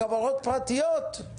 חברות פרטיות.